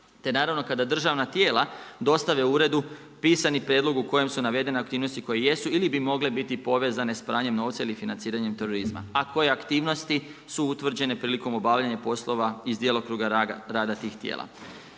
te naravno kada državna tijela dostave uredu pisani prijedlog u kojem su navedene aktivnosti koje jesu ili bi mogle biti povezane sa pranjem novca ili financiranjem terorizma a koje aktivnosti su utvrđene prilikom obavljanja poslova iz djelokruga rada tih tijela.